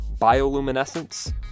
bioluminescence